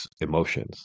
emotions